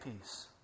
peace